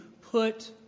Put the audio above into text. put